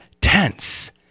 tense